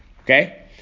Okay